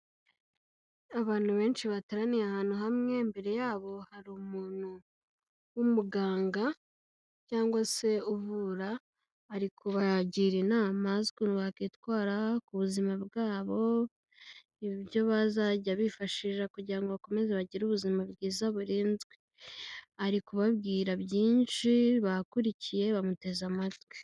Abantu benshi bateraniye ahantu hamwe, imbere yabo hari umuntu w'umuganga cyangwa se uvura arikubagira inama zukuntu bakwitwara ku buzima bwabo ibyo bazajya bifashisha kugira bakomeze bagire ubuzima bwiza burinzwe ari kubabwira byinshi bakurikiye bamuteze amatwi.